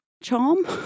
Charm